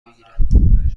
بگیرد